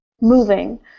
moving